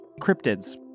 cryptids